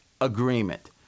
agreement